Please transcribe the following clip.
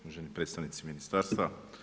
Uvaženi predstavnici ministarstva.